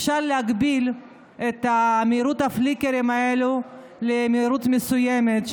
אפשר להגביל את הפליקרים האלה למהירות מסוימת,